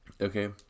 Okay